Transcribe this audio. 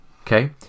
okay